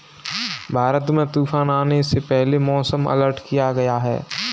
भारत में तूफान आने से पहले मौसम अलर्ट किया गया है